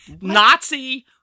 Nazi